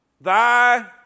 thy